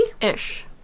Ish